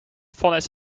vonnis